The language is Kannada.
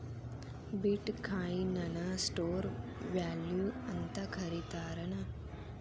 ಬಿಟ್ ಕಾಯಿನ್ ನ ಸ್ಟೋರ್ ವ್ಯಾಲ್ಯೂ ಅಂತ ಕರಿತಾರೆನ್